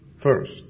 first